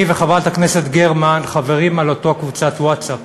אני וחברת הכנסת גרמן חברים באותה קבוצת ווטסאפ,